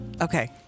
Okay